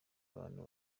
abantu